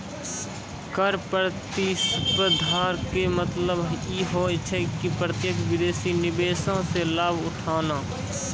कर प्रतिस्पर्धा के मतलब इ होय छै कि प्रत्यक्ष विदेशी निवेशो से लाभ उठाना